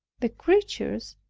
the creatures,